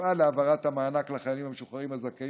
תפעל להעברת המענק לחיילים המשוחררים הזכאים